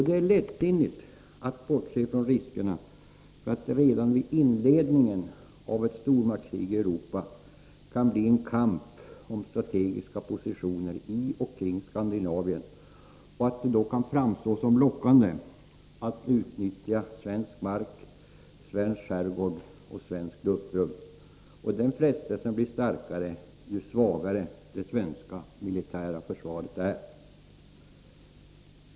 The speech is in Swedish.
Det är lättsinnigt att bortse från riskerna för att det redan vid inledningen av ett stormaktskrig i Europa kan bli en kamp om strategiska positioner i och kring Skandinavien och att det då kan framstå som lockande att utnyttja svensk mark, svensk skärgård och svenskt luftrum. Frestelsen blir starkare ju svagare det svenska militära försvaret är.